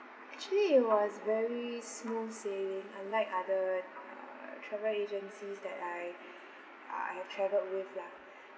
actually it was very smooth sailing unlike other uh travel agencies that I I have traveled with lah